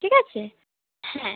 ঠিক আছে হ্যাঁ